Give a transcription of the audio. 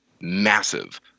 massive